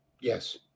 Yes